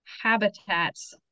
habitats